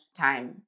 time